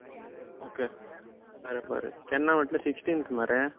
okay बरें बरें केन्ना म्हणलें सिक्सटींथ मरे